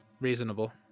reasonable